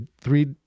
three